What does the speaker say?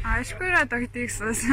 aišku yra toks tikslas